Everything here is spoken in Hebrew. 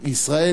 ישראל,